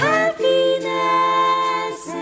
Happiness